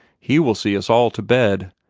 he will see us all to bed,